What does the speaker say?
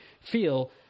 feel